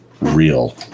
real